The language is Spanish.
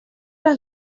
las